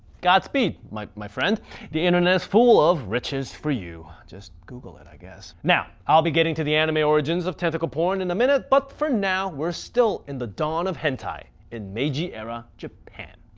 godspeed, my my friend the internet is full of riches for you. just google it i guess. now i'll be getting to the anime origins of tentacle porn in a minute but for now we're still in the dawn of hentai in meiji era japan.